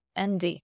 ND